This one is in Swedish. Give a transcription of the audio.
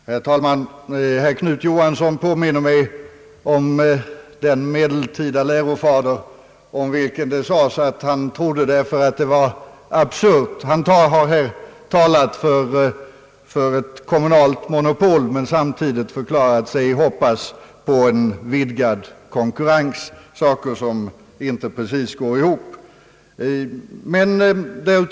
Herr talman! Herr Knut Johansson påminner mig om den medeltida kyrkofader om vilken det sades, att han trodde därför att det var absurt. Herr Johansson har talat för ett kommunalt monopol men samtidigt förklarat sig hoppas på en vidgad konkurrens. Detta går inte ihop.